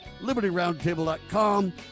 LibertyRoundTable.com